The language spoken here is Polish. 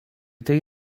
tej